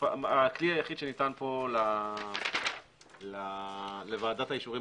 הכלי היחיד שניתן פה לוועדת האישורים